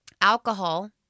Alcohol